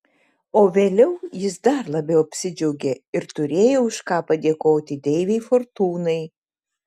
o vėliau jis dar labiau apsidžiaugė ir turėjo už ką padėkoti deivei fortūnai